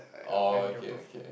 orh okay okay